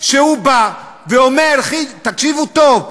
שבא ואומר, תקשיבו טוב: